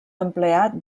empleat